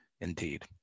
indeed